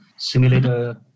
simulator